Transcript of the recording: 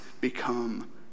become